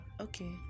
okay